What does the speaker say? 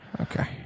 Okay